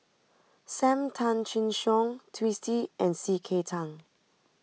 Sam Tan Chin Siong Twisstii and C K Tang